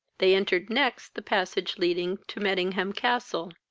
they entered next the passage leading to mettingham-castle,